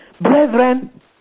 Brethren